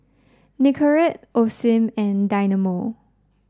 Nicorette Osim and Dynamo